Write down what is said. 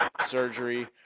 surgery